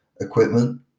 equipment